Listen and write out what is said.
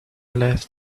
left